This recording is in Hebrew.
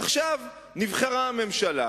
עכשיו נבחרה ממשלה,